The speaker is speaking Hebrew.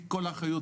נסיים ואחר כך.